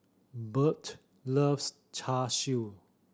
Beth loves Char Siu